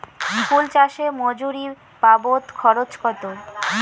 ফুল চাষে মজুরি বাবদ খরচ কত?